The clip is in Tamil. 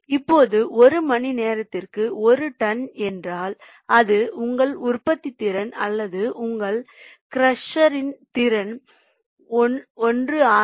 இப்போது ஒரு மணி நேரத்திற்கு ஒரு டன் என்றால் அது உங்கள் உற்பத்தித்திறன் அல்லது உங்கள் க்ரஷர்யின் திறன் 161